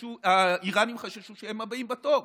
האיראנים חששו שהם הבאים בתור.